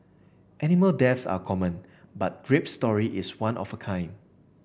animal deaths are common but Grape's story is one of a kind